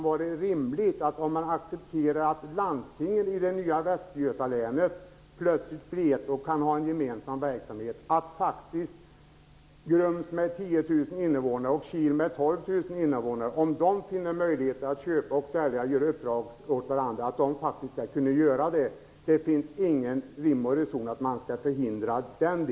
Om man accepterar att landstinget i det nya västgötalänet kan ha en gemensam verksamhet borde det vara rimligt att invånare kunde få möjlighet att köpa och sälja till varandra och ge uppdrag åt varandra. Det är ingen rim och reson med att man skall förhindra detta.